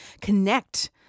connect